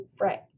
Right